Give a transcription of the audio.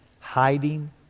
Hiding